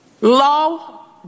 law